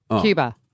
Cuba